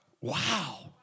Wow